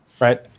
right